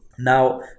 Now